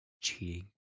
cheating